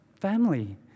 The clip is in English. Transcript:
family